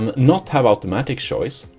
um not have automatic choice,